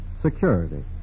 security